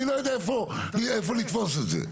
אני לא יודע איפה לתפוס את זה.